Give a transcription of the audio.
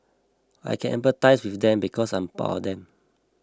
I can empathise with them because I'm part of them